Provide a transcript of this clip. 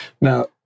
Now